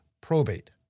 probate